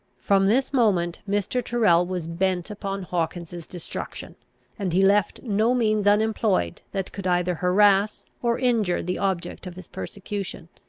from this moment mr. tyrrel was bent upon hawkins's destruction and he left no means unemployed that could either harass or injure the object of his persecution.